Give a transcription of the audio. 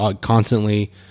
constantly